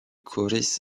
kuris